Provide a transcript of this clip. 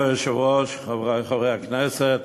אדוני היושב-ראש, חברי חברי הכנסת,